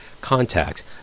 Contact